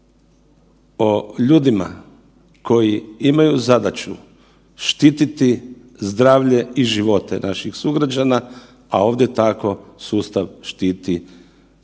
o ljudima koji imaju zadaću štititi zdravlje i živote naših sugrađana, a ovdje tako sustav štiti naše